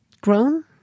grown